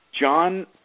John